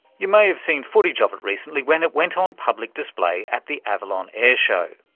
you may have seen footage of it recently when it went on public display at the avalon air show.